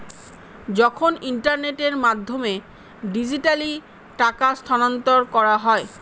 যখন ইন্টারনেটের মাধ্যমে ডিজিট্যালি টাকা স্থানান্তর করা হয়